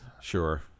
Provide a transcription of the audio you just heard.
Sure